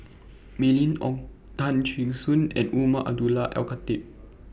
Mylene Ong Tay Kheng Soon and Umar Abdullah Al Khatib